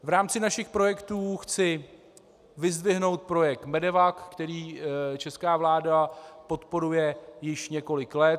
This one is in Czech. V rámci našich projektů chci vyzdvihnout projekt MEDEVAC, který česká vláda podporuje již několik let.